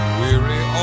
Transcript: weary